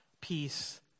peace